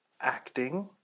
acting